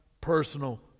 personal